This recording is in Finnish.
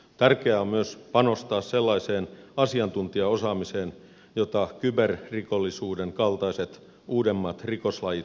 tärkeää on myös panostaa sellaiseen asiantuntijaosaamiseen jota kyberrikollisuuden kaltaiset uudemmat rikoslajit torjuntatyöltä edellyttävät